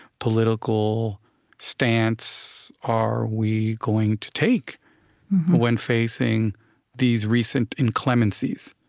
political stance are we going to take when facing these recent inclemencies?